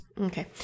Okay